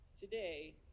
Today